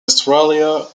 australia